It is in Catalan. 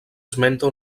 esmenta